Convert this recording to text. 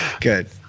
good